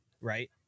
Right